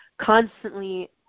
constantly